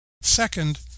Second